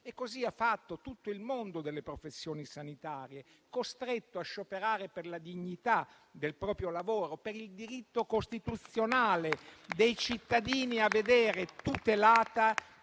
E così ha fatto tutto il mondo delle professioni sanitarie, costretto a scioperare per la dignità del proprio lavoro, per il diritto costituzionale dei cittadini a vedere tutelata